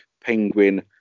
Penguin